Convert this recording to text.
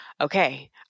okay